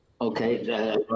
Okay